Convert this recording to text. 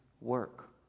work